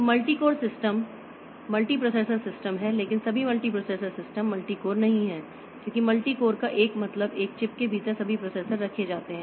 तो multi core system multiprocessor system हैं लेकिन सभी मल्टीप्रोसेसर सिस्टम मल्टी कोर नहीं हैं क्योंकि मल्टी कोर का मतलब एक चिप के भीतर सभी प्रोसेसर रखे जाते हैं